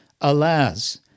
Alas